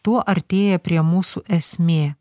tuo artėja prie mūsų esmė